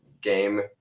game